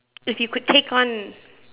if you could take on